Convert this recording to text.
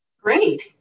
Great